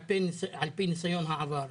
על פי ניסיון העבר,